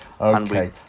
okay